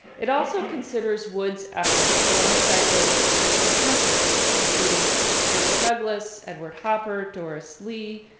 it also considers wood's efforts alongside those of his contemporaries, including aaron douglas, edward hopper, doris lee,